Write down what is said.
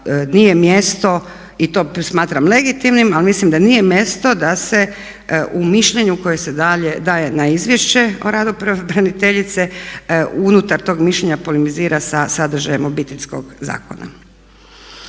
nije mjesto i to smatram legitimni ali mislim da nije mjesto da se u mišljenju koje se daje na izvješće o radu pravobraniteljice unutar tog mišljenja polemizira sa sadržajem Obiteljskog zakona.